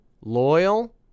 loyal